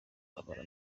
babara